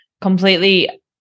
completely